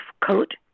coat